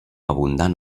abundant